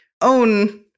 own